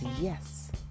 yes